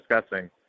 discussing